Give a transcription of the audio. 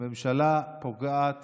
הממשלה פוגעת